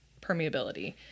permeability